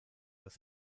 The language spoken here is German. das